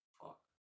fuck